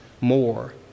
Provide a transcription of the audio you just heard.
more